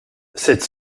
cette